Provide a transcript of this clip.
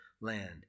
land